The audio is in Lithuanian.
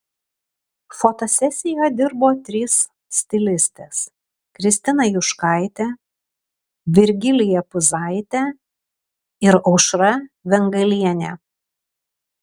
fotosesijoje dirbo trys stilistės kristina juškaitė virgilija puzaitė ir aušra vengalienė